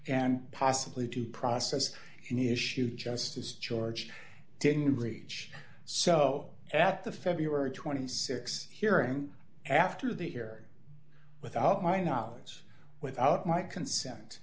and possibly due process in issue justice george didn't reach so that the february twenty six hearing after the hear without my knowledge without my consent